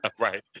Right